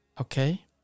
Okay